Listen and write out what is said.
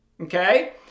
Okay